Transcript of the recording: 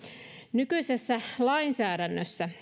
nykyisessä lainsäädännössä